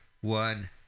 one